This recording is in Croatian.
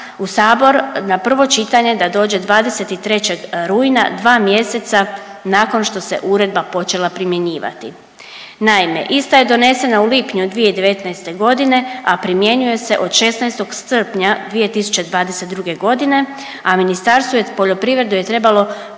u sabor na prvo čitanje da dođe 23. rujna, dva mjeseca nakon što se uredba počela primjenjivati. Naime, ista je donesena u lipnju 2019. godine, a primjenjuje se od 16. srpnja 2022.g., a Ministarstvu poljoprivrede je trebalo